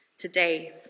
today